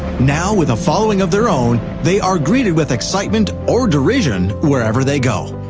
now, with a following of their own, they are greeted with excitement or derision wherever they go.